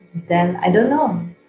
then i don't know. um